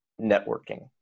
networking